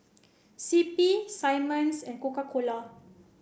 C P Simmons and Coca cola